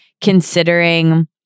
considering